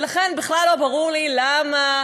ולכן בכלל לא ברור לי למה,